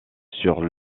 sur